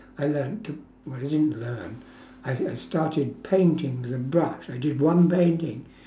I learnt to well I didn't learn I I started painting with a brush I did one painting